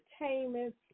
entertainment